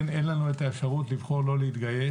אין לנו את האפשרות לבחור לא להתגייס.